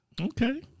Okay